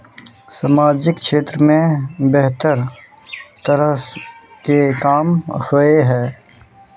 सामाजिक क्षेत्र में बेहतर तरह के काम होय है?